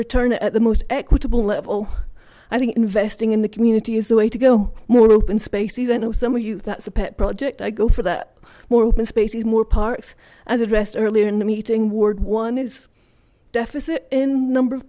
return at the most equitable level i think investing in the community is the way to go more open spaces i know summer youth that's a pet project i go for that more open spaces more parks as addressed earlier in the meeting ward one is deficit in number of